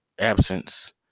absence